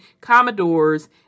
commodores